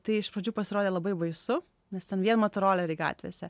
tai iš pradžių pasirodė labai baisu nes ten vien motoroleriai gatvėse